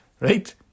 Right